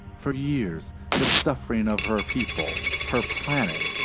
for years the suffering of her people, her planet,